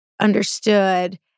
understood